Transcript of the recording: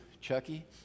Chucky